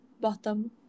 bottom